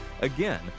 Again